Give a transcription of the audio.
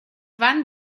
wann